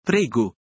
Prego